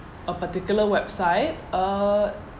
a particular website err